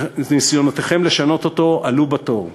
ניסיונותיכם לשנות אותו עלו בתוהו.